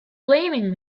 blaming